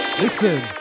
Listen